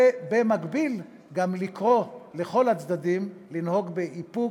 ובמקביל גם לקרוא לכל הצדדים לנהוג באיפוק,